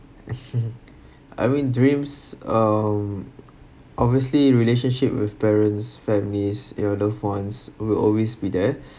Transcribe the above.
I mean dreams um obviously relationships with parents families with your loved ones will always be there